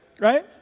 Right